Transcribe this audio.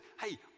hey